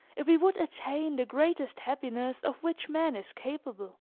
if we would attain the greatest happiness of which man is capable.